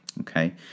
Okay